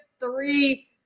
Three